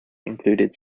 included